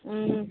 ம்